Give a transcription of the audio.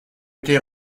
été